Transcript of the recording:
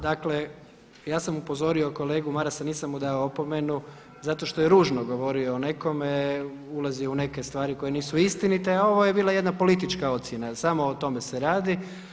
Dakle, ja sam upozorio kolegu Marasa, nisam mu dao opomenu zato što je ružno govorio o nekome, ulazio u neke stvari koje nisu istinite a ovo je bila jedna politička ocjena, samo o tome se radi.